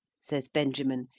says benjamin,